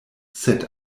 sed